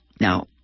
Now